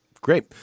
Great